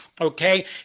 Okay